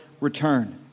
return